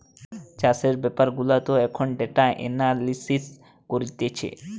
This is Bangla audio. চাষের বেপার গুলাতেও এখন ডেটা এনালিসিস করতিছে